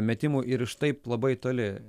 metimų ir iš taip labai toli